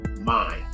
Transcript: mind